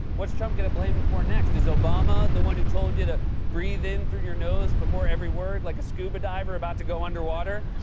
what's trump gonna blame him for next? is obama the one who told you to breathe in through your nose before every word like a scuba diver about to go underwater?